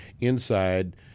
inside